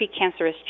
precancerous